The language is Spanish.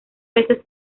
peces